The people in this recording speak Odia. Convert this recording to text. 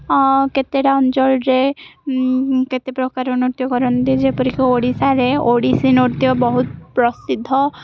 ହଁ କେତେଟା ଅଞ୍ଚଳରେ କେତେ ପ୍ରକାର ନୃତ୍ୟ କରନ୍ତି ଯେପରିକି ଓଡ଼ିଶାରେ ଓଡ଼ିଶୀ ନୃତ୍ୟ ବହୁତ ପ୍ରସିଦ୍ଧ